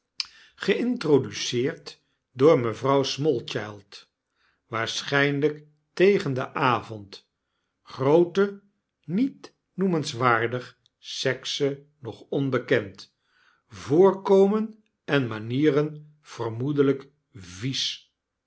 geintroduceerd door mevrouw smallchild waarschynlyk tegen den avond grootte niet noemenswaardig sekse nog onbekend voorkomen en manieren vermoedelijk vies